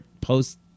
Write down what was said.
post